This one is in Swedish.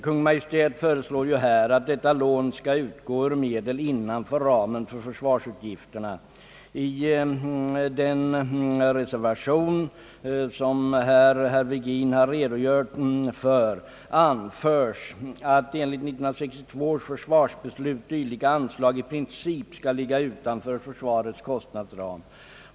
Kungl. Maj:t föreslår att lån skall utgå ur medel innanför ramen för försvarsutgifterna. I den reservation, som herr Virgin har redogjort för, anföres att enligt 1962 års försvarsbeslut dylika anslag i princip skall ligga utanför försvarets kostnadsram.